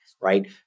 right